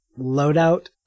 loadout